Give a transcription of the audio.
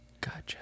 gotcha